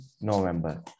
November